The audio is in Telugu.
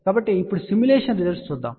కాబట్టి ఇప్పుడు సిమ్యులేషన్ రిజల్ట్స్ చూద్దాం